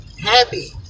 Happy